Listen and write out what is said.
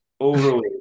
overweight